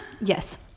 Yes